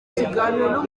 ikiganiro